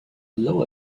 lower